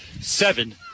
seven